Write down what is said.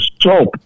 stop